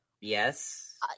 Yes